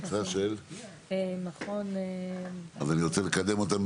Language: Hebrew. קבוצה של מכון ארגמן ותקווה,